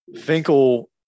Finkel